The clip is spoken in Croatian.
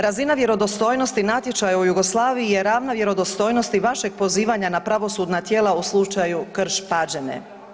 Razina vjerodostojnosti natječaja u Jugoslaviji je ravna vjerodostojnosti vašeg pozivanja na pravosudna tijela u slučaju Krš Pađene.